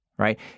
right